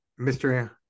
Mr